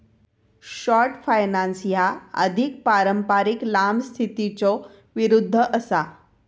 short finance ह्या अधिक पारंपारिक लांब स्थितीच्यो विरुद्ध असा